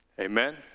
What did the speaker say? Amen